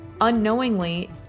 unknowingly